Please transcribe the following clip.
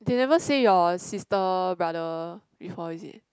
they never say your sister brother before is it